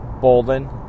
Bolden